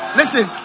listen